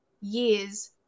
years